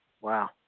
Wow